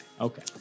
okay